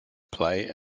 play